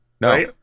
No